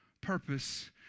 purpose